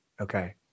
Okay